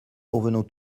convenons